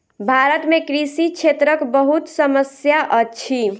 भारत में कृषि क्षेत्रक बहुत समस्या अछि